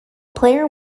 player